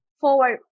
forward